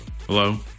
Hello